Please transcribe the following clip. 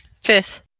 Fifth